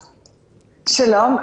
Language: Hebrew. שלום.